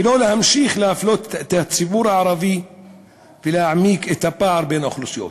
ולא להמשיך להפלות את הציבור הערבי ולהעמיק את הפער בין האוכלוסיות.